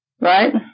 Right